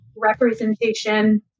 representation